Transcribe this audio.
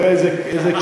תראה איזה קשיחות.